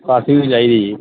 काफी बी चाहिदी ही